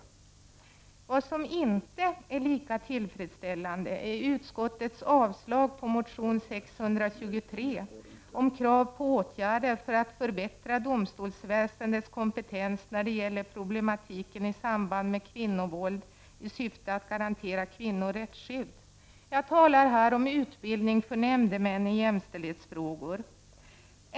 Något som inte är lika tillfredsställande är utskottets avstyrkande av motion 623, om krav på åtgärder för att förbättra domstolsväsendets kompetens när det gäller problematiken i samband med kvinnovåld, i syfte att garantera kvinnor rättsskydd. Jag talar här om utbildning för nämndemän i jämställdhetsfrågor.